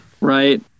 right